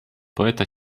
poeta